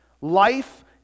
Life